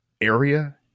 area